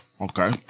Okay